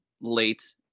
late